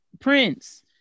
prince